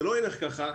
זה לא ילך כך.